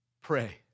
Pray